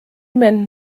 men